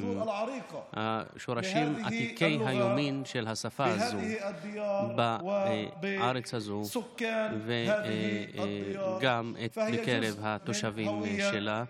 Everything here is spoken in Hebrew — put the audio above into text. השורשים עתיקי היומין של השפה הזו בארץ הזאת וגם בקרב התושבים שלה,